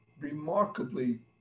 remarkably